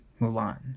Mulan